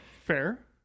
fair